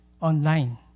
online